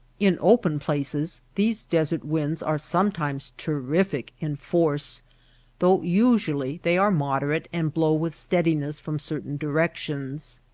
in open places these desert winds are some times terrific in force though usually they are moderate and blow with steadiness from certain directions.